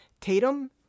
tatum